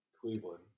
Cleveland